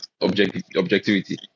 objectivity